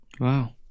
Wow